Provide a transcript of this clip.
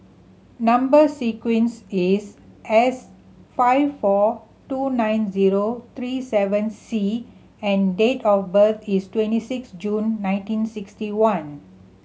number sequence is S five four two nine zero three seven C and date of birth is twenty six June nineteen sixty one